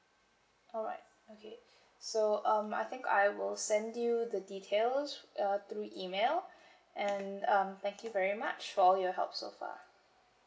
alright okay so um I think I will send you the details uh through email and um thank you very much for all your help so far